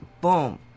boom